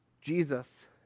Jesus